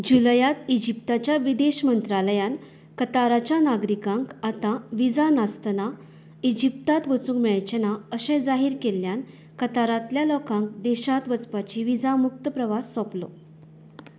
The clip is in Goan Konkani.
जुलयांत इजिप्ताच्या विदेश मंत्रालयान कताराच्या नागरिकांक आतां विजा नासतना इजिप्तांत वचूंक मेळचें ना अशें जाहीर केल्ल्यान कतारांतल्या लोकांक देशांत वचपाची विजा मुक्त प्रवास सोपलो